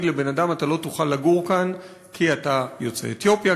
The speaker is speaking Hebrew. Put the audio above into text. לבן-אדם: אתה לא תוכל לגור כאן כי אתה יוצא אתיופיה,